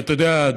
אתה יודע,